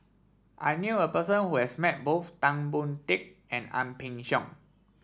I knew a person who has met both Tan Boon Teik and Ang Peng Siong